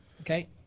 Okay